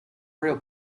real